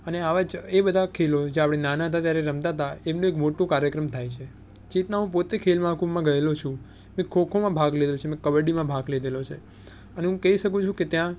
અને આવા એ બધા ખેલો જે આપણે નાના હતા ત્યારે રમતા હતા એમને મોટું કાર્યક્રમ થાય છે જે રીતના હું પોતે ખેલ મહાકુંભમાં ગયેલો છું મેં ખોખોમાં ભાગ લીધેલો છે મેં કબડ્ડીમાં ભાગ લીધેલો છે અને હું કહી શકું છું કે ત્યાં